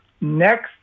next